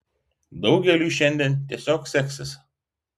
daugeliui šiandien tiesiog seksis